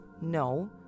No